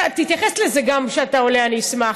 תתייחס לזה גם, כשאתה עולה, אני אשמח.